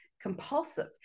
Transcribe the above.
compulsive